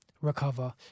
recover